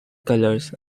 colors